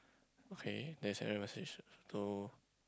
okay there's error message so